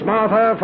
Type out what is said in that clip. Martha